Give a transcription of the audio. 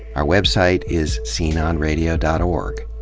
our website is sceneonradio dot org.